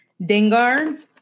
Dengar